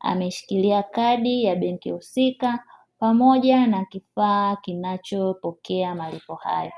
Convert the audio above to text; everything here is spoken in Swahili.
Ameshikilia kadi ya benki husika pamoja na kifaa kinachopokea malipo hayo.